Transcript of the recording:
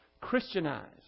Christianized